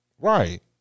Right